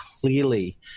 clearly